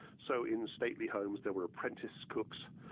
so, in stately homes there were apprentice cooks,